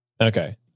Okay